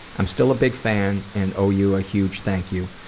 i'm still a big fan and owe you a huge thank you.